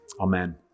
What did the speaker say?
Amen